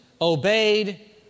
obeyed